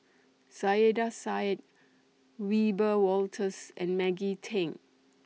Saiedah Said Wiebe Wolters and Maggie Teng